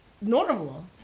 normal